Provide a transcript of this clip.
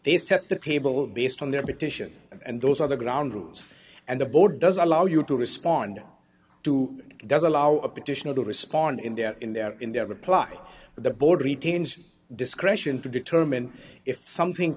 they set the table based on their petition and those are the ground rules and the board does allow you to respond to does allow a petition to respond in their in their in their reply but the board retains discretion to determine if something